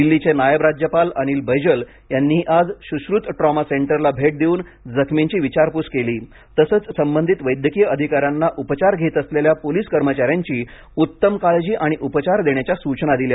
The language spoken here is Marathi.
दिल्लीचे नायब राज्यपाल अनिल बैजल यांनीही आज सुश्रुत ट्रॉमा सेंटरला भेट देऊन जखमींची विचारपूस केली तसंच संबधित वैद्यकीय अधिकाऱ्यांना उपचार घेत असलेल्या पोलीस कर्मचाऱ्यांची उत्तम काळजी आणि उपचार देण्याच्या सूचना दिल्या